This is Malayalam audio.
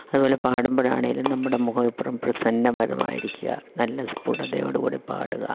അതുപോലെ പാടുമ്പോഴാണെങ്കിലും നമ്മുടെ മുഖം എപ്പോഴും പ്രസന്നമതമായിരിക്കുക നല്ല സ്പുടതയോടു കൂടി പാടുക